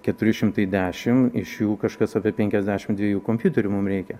keturi šimtai dešimt iš jų kažkas apie penkiasdešimt dviejų kompiuterių mum reikia